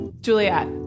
Juliet